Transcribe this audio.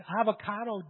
avocado